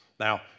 Now